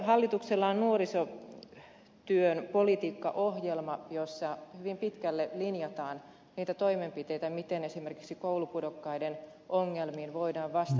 hallituksella on nuorisotyön politiikkaohjelma jossa hyvin pitkälle linjataan niitä toimenpiteitä miten esimerkiksi koulupudokkaiden ongelmiin voidaan vastata